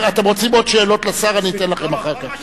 אתם רוצים עוד שאלות לשר, אני אתן לכם אחר כך.